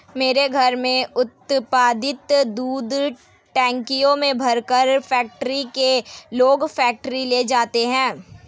मेरे घर में उत्पादित दूध टंकियों में भरकर फैक्ट्री के लोग फैक्ट्री ले जाते हैं